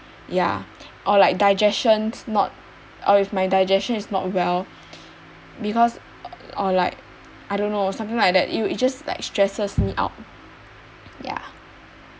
ya or like digestions not or if my digestion is not well because or like I don't know something like that it will it just like stresses me out ya